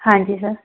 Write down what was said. हाँ जी सर